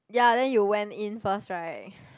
ya then you went in first right